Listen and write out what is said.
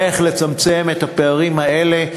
איך לצמצם את הפערים האלה,